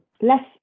less